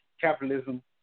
capitalism